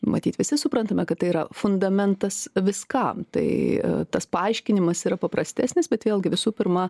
matyt visi suprantame kad tai yra fundamentas viskam tai tas paaiškinimas yra paprastesnis bet vėlgi visų pirma